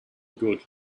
good